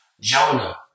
Jonah